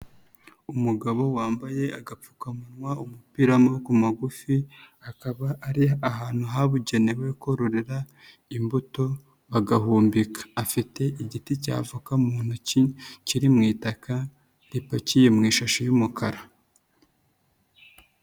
Umugabo wambaye agapfukamunwa umupira w'amaboko magufi, akaba ari ahantu habugenewe kororera imbuto bagahumbika. Afite igiti cy'avoka mu ntoki, kiri mu itaka, ripakiye mu ishashi y'umukara.